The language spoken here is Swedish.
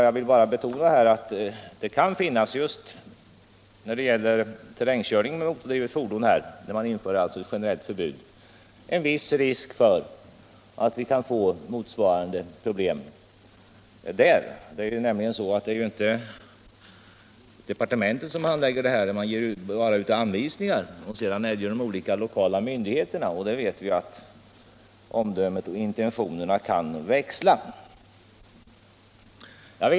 Jag vill betona att om vi inför ett generellt förbud mot terrängkörning med motordrivet fordon, kan det finnas en viss risk för att vi får motsvarande problem på det området. Det är nämligen inte departementet som handlägger sådana frågor; det ger bara ut anvisningar, och sedan bestämmer de olika lokala myndigheterna — och vi vet att omdömet och intentionerna kan växla.